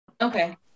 Okay